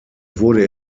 wurde